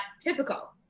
typical